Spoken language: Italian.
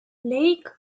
lake